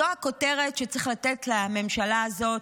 זו הכותרת שצריך לתת לממשלה הזאת.